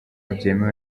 byemewe